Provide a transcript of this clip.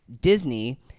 Disney